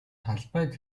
талбайд